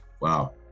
Wow